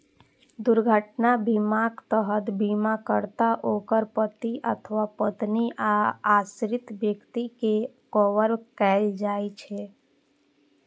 दुर्घटना बीमाक तहत बीमाकर्ता, ओकर पति अथवा पत्नी आ आश्रित व्यक्ति कें कवर कैल जाइ छै